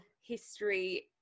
history